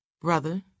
Brother